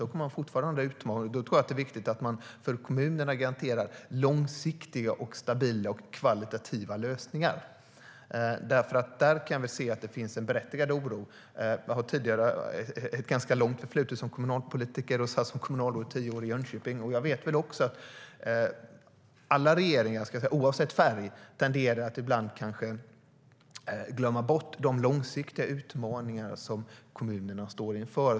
Då kommer man fortfarande att ha utmaningar, och då tror jag att det är viktigt att man garanterar långsiktiga, stabila och högkvalitativa lösningar för kommunerna. Där kan vi nämligen se att det finns en berättigad oro. Jag har ett ganska långt förflutet som kommunalpolitiker och som kommunalråd i tio år i Jönköping. Jag vet också att alla regeringar, oavsett färg, tenderar ibland att glömma bort de långsiktiga utmaningar som kommunerna står inför.